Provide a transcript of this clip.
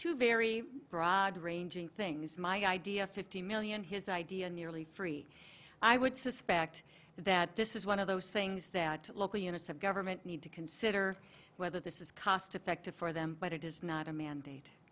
two very broad ranging things my idea fifty million his idea nearly free i would suspect that this is one of those things that local units of government need to consider whether this is cost effective for them but it is not a mandate